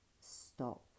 stop